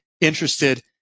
interested